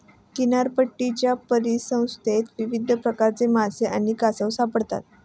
किनारपट्टीवरच्या परिसंस्थेत विविध प्रकारचे मासे आणि कासव सापडतात